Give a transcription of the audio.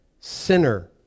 Sinner